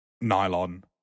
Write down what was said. nylon